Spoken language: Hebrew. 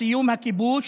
סיום הכיבוש